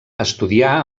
estudià